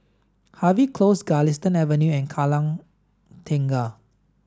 Harvey Close Galistan Avenue and Kallang Tengah